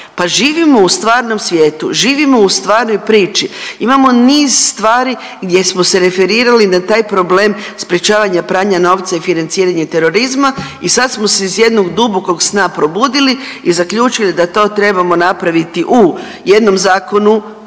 živimo u stvarnom svijetu, živimo u stvarnoj priči. Imamo niz stvari gdje smo se referirali na taj problem sprječavanja pranja novca i financiranje terorizma. I sad smo se iz jednog dubokog sna probudili i zaključili da to trebamo napraviti u jednom zakonu